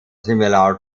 similar